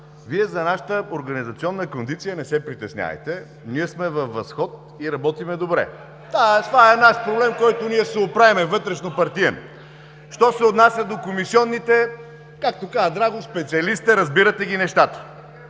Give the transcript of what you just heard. Вие за нашата организационна кондиция не се притеснявайте. Ние сме във възход и работим добре. (Шум и реплики.) Това е наш проблем, с който ние ще се оправим, вътрешнопартиен. Що се отнася до комисионните, както казва Драго, специалист сте, разбирате ги нещата.